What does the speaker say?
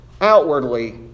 outwardly